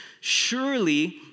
Surely